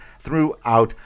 throughout